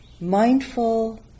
mindful